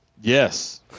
Yes